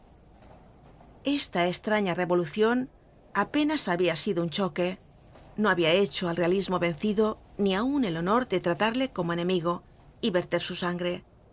esta estraña revolucion apenas habia sido un choque no habia hecho al realismo vencido ni aun el honor de tratarle como enemigo y verter su sangre